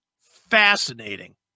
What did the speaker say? Fascinating